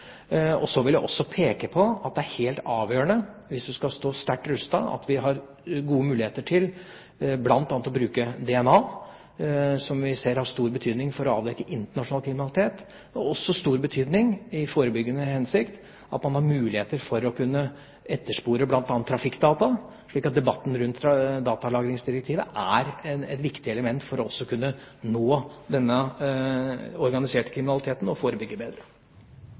Så vil jeg også peke på at det er helt avgjørende, hvis man skal stå sterkt rustet, at vi har gode muligheter til bl.a. å bruke DNA, som vi ser har stor betydning for å avdekke internasjonal kriminalitet. Det har også stor betydning i forebyggende hensikt at man har muligheter for å kunne etterspore bl.a. trafikkdata, så debatten rundt datalagringsdirektivet er et viktig element også for å kunne nå den organiserte kriminaliteten og forebygge bedre.